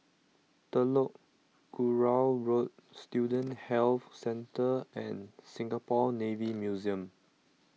Telok Kurau Road Student Health Centre and Singapore Navy Museum